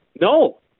No